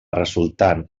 resultant